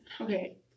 okay